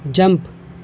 jump